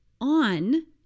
on